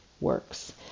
works